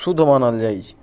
शुद्ध मानल जाइत छै